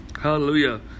hallelujah